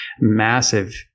massive